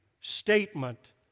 statement